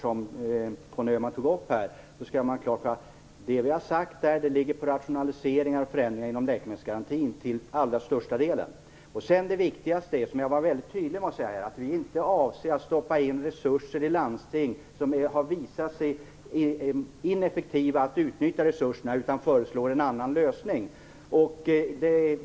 I det sammanhanget skall man komma ihåg att de neddragningar vi har föreslagit till allra största delen ligger på rationaliseringar och förändringar inom läkemedelsgarantin. Det viktigaste - och jag var väldigt tydlig på den punkten - är att vi inte avser att stoppa in resurser i landsting som har visat sig ineffektiva att utnyttja resurserna, utan vi föreslår en annan lösning.